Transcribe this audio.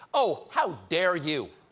oh, how dare you?